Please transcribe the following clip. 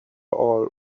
all